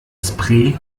spray